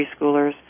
preschoolers